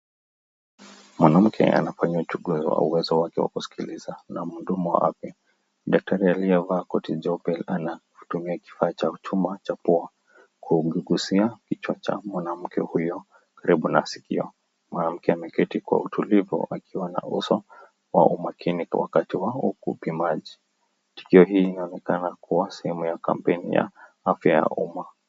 Mwanamke anafanyiwa uchunguzi wa uwezo wake wa kusikiliza na mhudumu wa afya. Daktari aliyevaa koti pale anatumia kifaa cha uchunguzi wa pua kugusia kichwa cha mwanamke huyo karibu na sikio. Mwanamke ameketi kwa utulivu akiwa na uso wa umakini wakati wa upimaji. Tukio hii inaonekana kuwa sehemu ya kampeni ya afya ya umma.